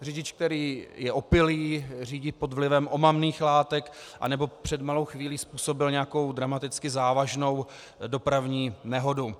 Řidič, který je opilý, řídí pod vlivem omamných látek nebo před malou chvílí způsobil nějakou dramaticky závažnou dopravní nehodu.